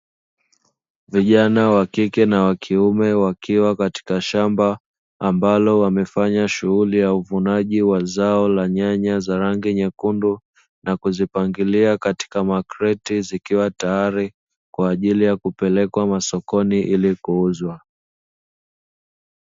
Vijana wakike na kiume wakiwa katika shamba ambalo wamefanya shughuli ya uvunaji wa zao la nyanya za rangi nyekundu na kuzipangilia katika makreti zikiwa tayari kwajili ya kupelekwa masokoni ili kuuzwa.